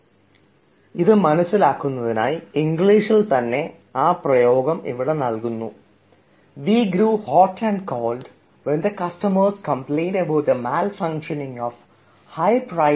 ഒരു retail dealer wholesale dealer എഴുതിയ കത്തിൻറെ ഭാഗമാണെന്ന് സങ്കല്പിച്ചാൽ താഴെപ്പറയുന്ന ഭംഗിയായി മനസ്സിലാക്കം വി ഗരൂ hot and cold when the customers complaint about the malfunctioning of high priced ACs supplied by your firm